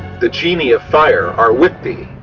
the genii of fire are with thee!